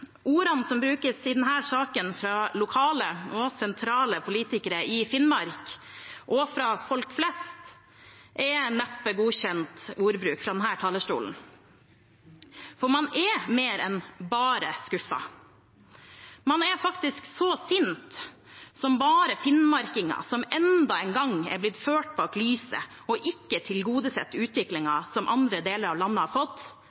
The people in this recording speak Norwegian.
som brukes i denne saken av lokale og sentrale politikere i Finnmark og av folk flest, er neppe godkjent ordbruk fra denne talerstolen, for man er mer enn bare skuffet, man er faktisk så sint som bare finnmarkinger som enda en gang er blitt ført bak lyset og ikke blir tilgodesett utviklingen som andre deler av landet har fått,